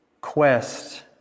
quest